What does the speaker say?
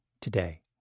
today